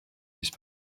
father